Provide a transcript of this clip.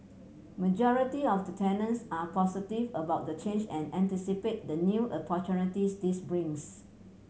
majority of the tenants are positive about the change and anticipate the new opportunities this brings